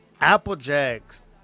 Applejacks